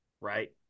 right